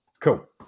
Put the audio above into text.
Cool